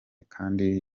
kandi